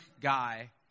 guy